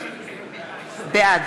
בעד